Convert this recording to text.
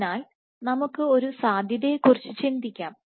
അതിനാൽ നമുക്ക് ഒരു സാധ്യതയെക്കുറിച്ച് ചിന്തിക്കാം